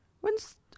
When's